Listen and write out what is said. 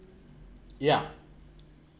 yeah